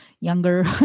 younger